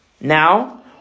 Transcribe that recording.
Now